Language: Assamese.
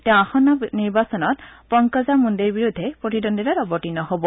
তেওঁ আসন্ন নিৰ্বাচনত পংকজা মুণ্ডেৰ বিৰুদ্ধে প্ৰতিদ্বন্দ্বিতাত অৱতীৰ্ণ হব